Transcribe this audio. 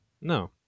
No